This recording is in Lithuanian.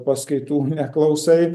paskaitų neklausai